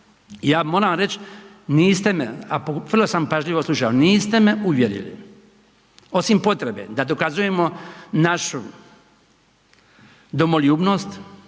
ja moram reći, niste me, a vrlo sam pažljivo slušao, niste me uvjerili, osim potrebe da dokazujemo našu domoljubnost,